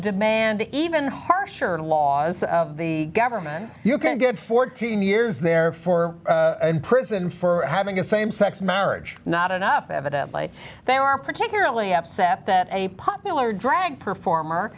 demand even harsher laws of the government you can't get fourteen years there for prison for having a same sex marriage not enough evidently they are particularly upset that a popular drag performer